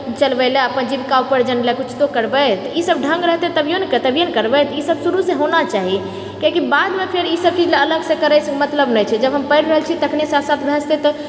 चलबै लऽ अपन जीविका उपार्जन लऽ किछु तऽ करबै तऽ ई सब ढ़ङ्ग रहतै तभिए ने करबै तऽ ई सब शुरूसँ होना चाही किआकि बादमे फेर ई सब चीज लऽ अलगसँ करै लऽ मतलब नहि छै जब हम पढ़ि रहल छियै तखने साथ साथ भए जेतै